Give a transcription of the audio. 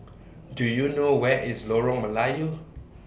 Do YOU know Where IS Lorong Melayu